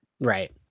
right